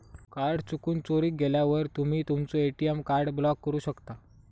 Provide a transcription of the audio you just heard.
card चुकून, चोरीक गेल्यावर तुम्ही तुमचो ए.टी.एम कार्ड ब्लॉक करू शकता